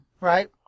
Right